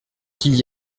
qu’il